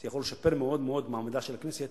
זה יכול לשפר מאוד מאוד את מעמדה של הכנסת,